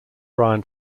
bryan